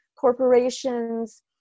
corporations